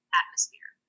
atmosphere